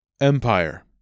Empire